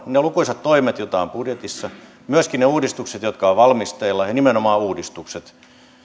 ne lukuisat toimet joita on budjetissa ja myöskin ne uudistukset jotka ovat valmisteilla ja nimenomaan uudistukset